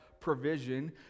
provision